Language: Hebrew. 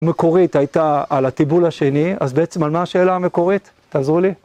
מקורית הייתה על התיבול השני, אז בעצם על מה השאלה המקורית? תעזרו לי.